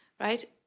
right